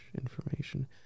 information